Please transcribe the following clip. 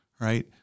right